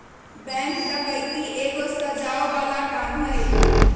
bank डकैती एगो सजाओ बला काम हई